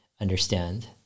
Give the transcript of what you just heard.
understand